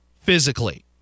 physically